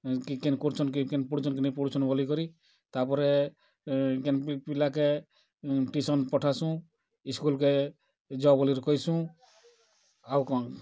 କି କିନ୍ କରୁଛନ୍ କି କିନ୍ ପଢ଼ୁଛନ୍ ନାଇ ପଢ଼ୁଛନ୍ ବୋଲି କରି ତା ପରେ କେମିତି ପିଲା କେ ଟ୍ୟୁସନ୍ ପଠାସୁଁ ସ୍କୁଲ୍କେ ଯାଅ ବୋଲିକରି କହିସୁଁ ଆଉ କ'ଣ